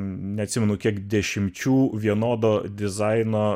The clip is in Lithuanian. neatsimenu kiek dešimčių vienodo dizaino